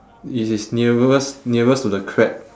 which is nearest nearest to the crab